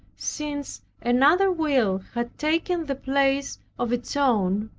since another will had taken the place of its own,